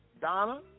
Donna